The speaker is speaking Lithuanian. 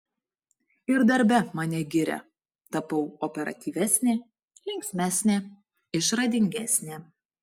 ir darbe mane giria tapau operatyvesnė linksmesnė išradingesnė